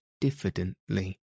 diffidently